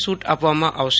shoot આપવામાં આવશે